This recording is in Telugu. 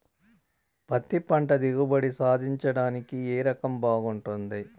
పత్తి పంట దిగుబడి సాధించడానికి ఏ రకం బాగుంటుంది?